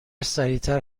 سریعتر